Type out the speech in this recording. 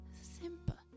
simple